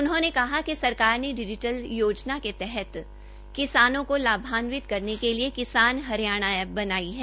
उन्होंने कहा कि सरकार ने डिजीटल योजना के तहत किसानों को लाभांनवित करने के लिये किसान हरियाणा ऐप् बनाई है